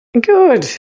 Good